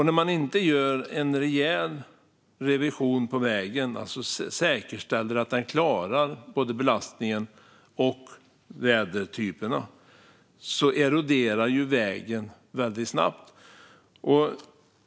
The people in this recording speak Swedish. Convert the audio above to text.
När man inte gör en rejäl revision på vägen, alltså säkerställer att den klarar både belastningen och vädertyperna, eroderar vägen väldigt snabbt.